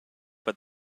but